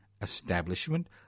establishment